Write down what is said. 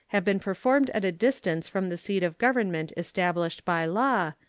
have been performed at a distance from the seat of government established by law,